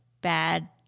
bad